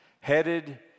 headed